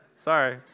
Sorry